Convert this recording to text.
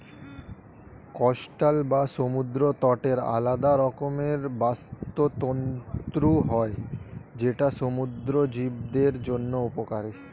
coastal বা সমুদ্র তটের আলাদা রকমের বাস্তুতন্ত্র হয় যেটা সমুদ্র জীবদের জন্য উপকারী